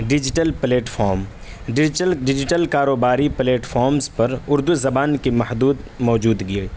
digital platform digital کاروباری platforms پر اردو زبان کی محدود موجودگی